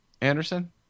Anderson